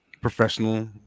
professional